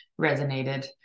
resonated